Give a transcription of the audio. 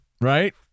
right